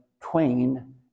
twain